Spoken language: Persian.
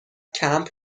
کمپ